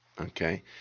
Okay